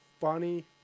funny